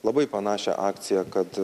labai panašią akciją kad